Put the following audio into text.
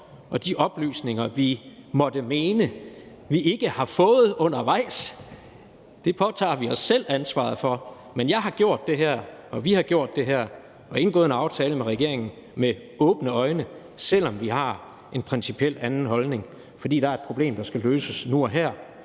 og de oplysninger, vi måtte mene vi ikke har fået undervejs, påtager vi os selv ansvaret for. Men jeg har gjort det her og vi har gjort det her og indgået en aftale med regeringen med åbne øjne, selv om vi har en principielt anden holdning, fordi der er et problem, der skal løses nu og her.